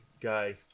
guy